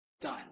done